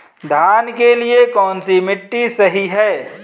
धान के लिए कौन सी मिट्टी सही है?